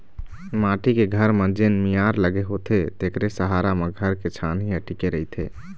माटी के घर म जेन मियार लगे होथे तेखरे सहारा म घर के छानही ह टिके रहिथे